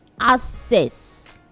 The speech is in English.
access